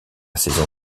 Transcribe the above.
saison